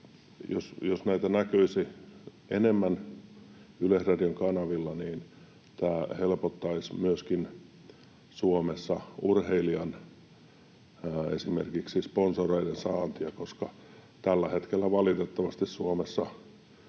Jos sitä näkyisi enemmän Yleisradion kanavilla, niin tämä helpottaisi myöskin Suomessa esimerkiksi urheilijan sponsoreiden saantia, koska tällä hetkellä valitettavasti Suomessa